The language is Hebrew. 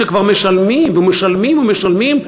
שכבר משלמים ומשלמים ומשלמים,